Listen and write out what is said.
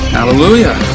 Hallelujah